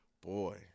Boy